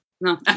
no